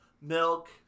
milk